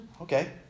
Okay